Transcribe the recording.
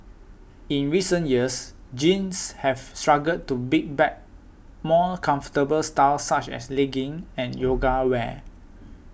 in recent years jeans have struggled to beat back more comfortable styles such as leggings and yoga wear